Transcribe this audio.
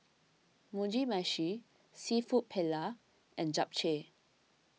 Mugi Meshi Seafood Paella and Japchae